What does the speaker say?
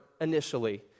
initially